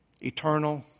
eternal